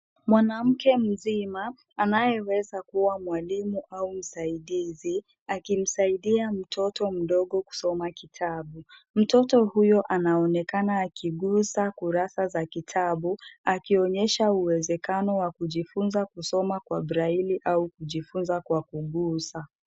Mwanamke mzima anayeweza kuwa mwalimu au msaidizi akimsaidia mtoto mdogo kusoma kitabu. Mtoto huyo anaonekana akigusa kurasa za kitabu akionyesha uwezekano wa kujifunza kusoma kwa braille au kujifunza kwa kugusa.